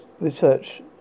research